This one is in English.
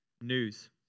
news